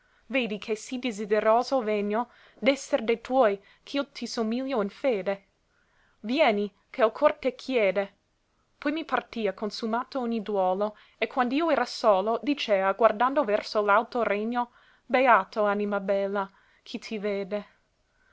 vedi che sì desideroso vegno d'esser de tuoi ch'io ti somiglio in fede vieni ché l cor te chiede poi mi partìa consumato ogne duolo e quand'io era solo dicea guardando verso l'alto regno beato anima bella chi te vede